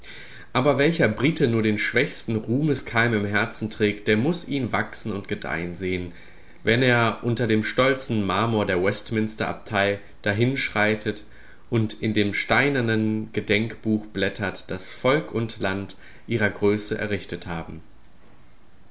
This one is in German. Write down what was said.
aber welcher brite nur den schwächsten ruhmeskeim im herzen trägt der muß ihn wachsen und gedeihen sehen wenn er unter dem stolzen marmor der westminster abtei dahinschreitet und in dem steinernen gedenkbuch blättert das volk und land ihrer größe errichtet haben